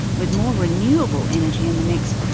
with more renewable energy in the mix,